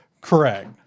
Correct